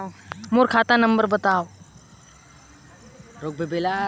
मोर खाता नम्बर बताव?